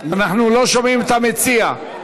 אנחנו לא שומעים את המציע.